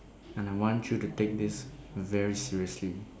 and I want you to take this very seriously